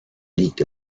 liegt